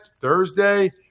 Thursday